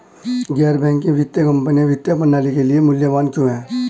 गैर बैंकिंग वित्तीय कंपनियाँ वित्तीय प्रणाली के लिए मूल्यवान क्यों हैं?